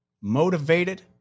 motivated